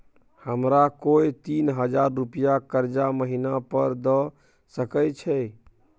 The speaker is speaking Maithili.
हमरा कोय तीन हजार रुपिया कर्जा महिना पर द सके छै?